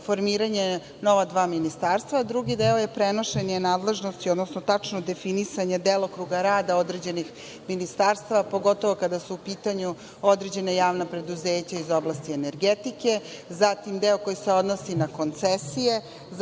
formiranje nova dva ministarstva, a drugi deo je prenošenje nadležnosti, odnosno tačno definisanje delokruga rada određenih ministarstava, pogotovo kada su u pitanju određena javna preduzeća iz oblasti energetike, zatim deo koji se odnosi na koncesije,